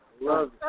Love